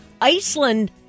Iceland